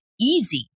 easy